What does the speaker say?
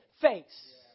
face